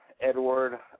edward